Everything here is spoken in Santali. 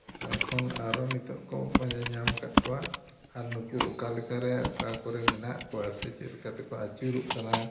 ᱠᱷᱚᱱ ᱟᱨᱚ ᱱᱤᱛᱳᱜ ᱠᱚ ᱯᱟᱸᱡᱟ ᱧᱟᱢ ᱟᱠᱟᱫ ᱠᱚᱣᱟ ᱟᱨ ᱱᱩᱠᱩ ᱚᱠᱟᱞᱮᱠᱟᱨᱮ ᱥᱮ ᱚᱠᱟ ᱠᱚᱨᱮ ᱢᱮᱱᱟᱜ ᱠᱚᱣᱟ ᱥᱮ ᱪᱮᱫ ᱞᱮᱠᱟᱛᱮᱠᱚ ᱟᱹᱪᱩᱨᱚᱜ ᱠᱟᱱᱟ